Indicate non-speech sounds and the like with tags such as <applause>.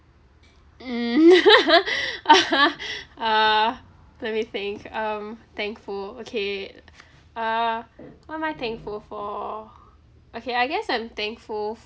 mm <laughs> uh let me think um thankful okay uh what am I thankful for okay I guess I'm thankful